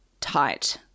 tight